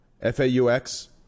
F-A-U-X